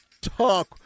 talk